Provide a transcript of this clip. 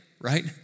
right